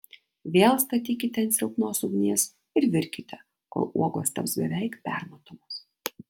vėl statykite ant silpnos ugnies ir virkite kol uogos taps beveik permatomos